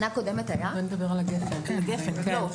יש